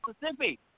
Mississippi